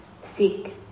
sick